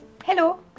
hello